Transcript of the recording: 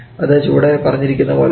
അത് ചുവടെ പറഞ്ഞിരിക്കുന്നത് പോലെയാണ്